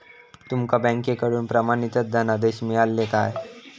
तुमका बँकेकडून प्रमाणितच धनादेश मिळाल्ले काय?